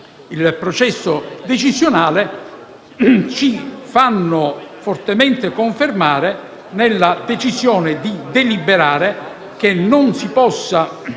il processo decisionale ci fanno fortemente confermare la decisione di deliberare che non si possa